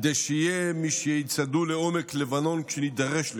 כדי שיהיה מי שיצעדו לעומק לבנון כשנידרש לכך,